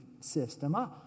system